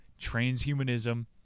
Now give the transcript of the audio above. Transhumanism